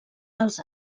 dels